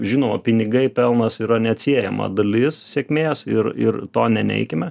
žinoma pinigai pelnas yra neatsiejama dalis sėkmės ir ir to neneikime